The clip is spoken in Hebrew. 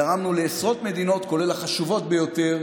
גרמנו לעשרות מדינות, כולל החשובות ביותר,